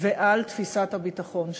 ועל תפיסת הביטחון שלו.